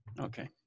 Okay